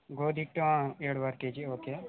ಗೋಧಿ ಹಿಟ್ಟು ಆಂ ಎರಡೂವರೆ ಕೆ ಜಿ ಓಕೆ